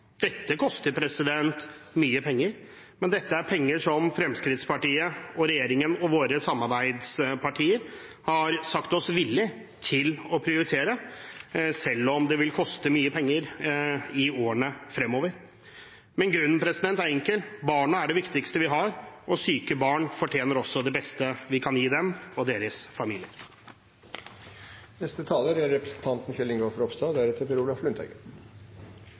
Dette koster mye penger, men det er penger som Fremskrittspartiet og regjeringen og våre samarbeidspartier har sagt seg villig til å prioritere, selv om det vil koste mye penger i årene fremover. Men grunnen er enkel: Barna er det viktigste vi har, og syke barn fortjener det beste vi kan gi dem og deres